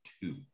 two